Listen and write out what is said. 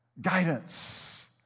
guidance